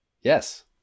Yes